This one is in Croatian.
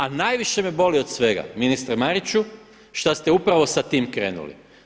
A najviše me boli od svega ministre Mariću šta ste upravo sa tim krenuli.